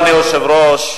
אדוני היושב-ראש,